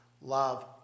love